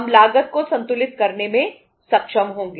हम लागत को संतुलित करने में सक्षम होंगे